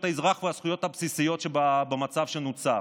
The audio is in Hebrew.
האזרח והזכויות הבסיסיות במצב שנוצר,